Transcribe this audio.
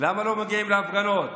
למה לא מגיעים להפגנות?